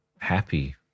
happy